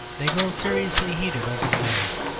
they grow seriously heated over the matter.